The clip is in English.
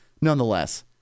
nonetheless